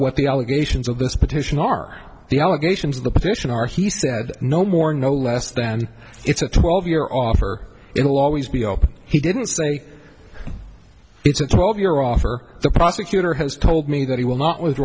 what the allegations of this petition are the allegations of the petition are he said no more no less than it's a twelve year offer it will always be open he didn't say it's a twelve year offer the prosecutor has told me that he will not w